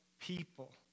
people